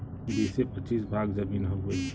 बीसे पचीस भाग जमीन हउवे